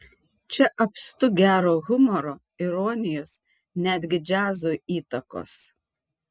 čia apstu gero humoro ironijos netgi džiazo įtakos